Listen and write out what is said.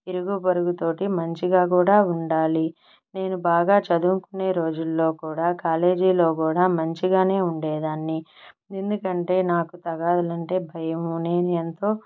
ఇరుగు పొరుగు తోటి మంచిగా కూడా ఉండాలి నేను బాగా చదువుకునే రోజుల్లో కూడా కాలేజీలో కూడా మంచిగానే ఉండేదాన్ని ఎందుకంటే నాకు తగాదలంటే భయము నేను ఎంతో